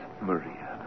Maria